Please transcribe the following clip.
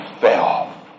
fell